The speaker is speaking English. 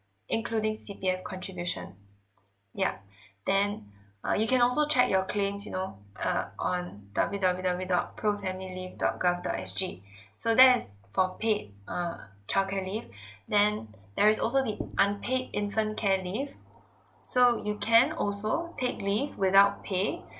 including C_P_F contribution yup then uh you can also check your claims you know err on W W W dot pro family leave dot government dot S G so that is for paid err child care leave then there is also the unpaid infant care leave so you can also take leave without pay